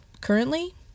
currently